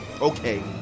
Okay